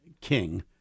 king